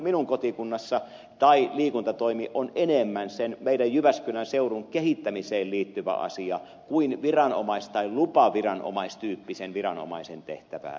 kyllä kirjastotoimi tai liikuntatoimi ainakin minun kotikunnassani on enemmän sen meidän jyväskylän seudun kehittämiseen liittyvä asia kuin lupaviranomaistyyppisen viranomaisen tehtävää